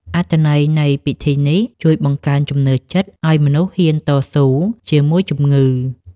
អត្ថន័យនៃពិធីនេះ ជួយបង្កើនជំនឿចិត្តឱ្យមនុស្សហ៊ានតស៊ូជាមួយជំងឺ។